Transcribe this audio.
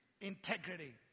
Integrity